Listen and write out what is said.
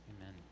Amen